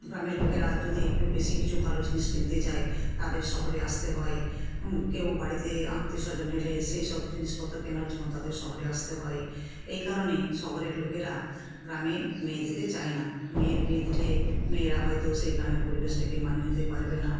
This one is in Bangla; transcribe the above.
গ্রামের লোকেরা যদি একটু বেশি কিছু ভালো জিনিস কিনতে চায় তাদের শহরে আসতে হয় কেউ বাড়িতে আত্মীয় স্বজন এলে সেই সব জিনিসপত্র কেনার জন্য তাদের শহরে আসতে হয় এই কারণেই শহরের লোকেরা গ্রামে মেয়ে দিতে চায় না মেয়ের বিয়ে দিলে মেয়েরা হয়তো সেই গ্রামের পরিবেশটাকে মানিয়ে নিতে পারবে না